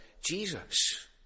Jesus